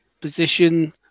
position